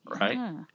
right